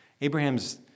Abraham's